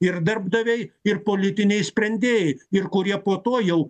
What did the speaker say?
ir darbdaviai ir politiniai sprendėjai ir kurie po to jau